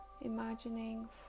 Imagining